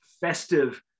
festive